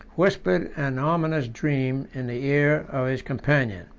whispered an ominous dream in the ear of his companion.